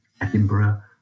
Edinburgh